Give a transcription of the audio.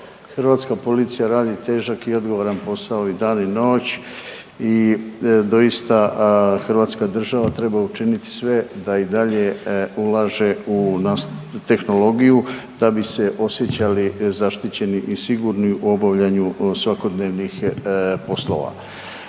Hrvatska policija radi težak i odgovaran posao i dan i noć i doista hrvatska država treba učiniti sve da i dalje ulaže u .../nerazumljivo/... tehnologiju da bi se osjećali zaštićeni i sigurni u obavljanju svakodnevnih poslova.